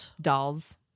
Dolls